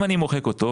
אם אני מוחק אותו,